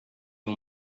you